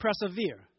persevere